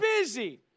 busy